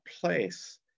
place